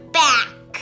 back